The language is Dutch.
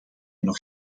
nog